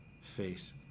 face